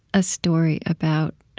a story about